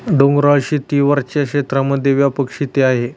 डोंगराळ शेती वरच्या क्षेत्रांमध्ये व्यापक शेती आहे